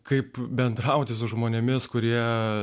kaip bendrauti su žmonėmis kurie